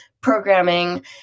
programming